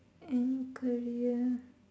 any career